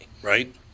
right